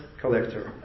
collector